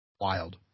Wild